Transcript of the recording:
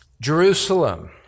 jerusalem